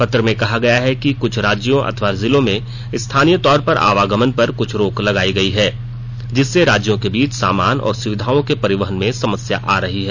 पत्र में कहा गया है कि कुछ राज्यों अथवा जिलों में स्थानीय तौर पर आवागमन पर कुछ रोक लगाई गई है जिससे राज्यों के बीच सामान और सुविधाओं के परिवहन में समस्या आ रही है